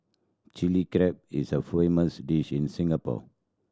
Chilli Crab is a famous dish in Singapore